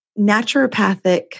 naturopathic